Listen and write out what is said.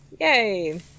Yay